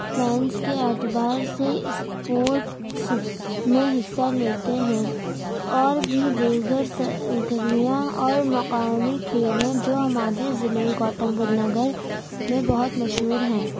fans کے اطوار سے اسپورٹس میں حصہ لیتے ہیں اور بھی دیگر سرگرمیاں اور مقامی کھیل ہیں جو ہمارے ضلع گوتم بدھ نگر میں بہت مشہور ہیں